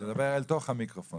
הבטיחות